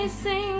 sing